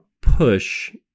push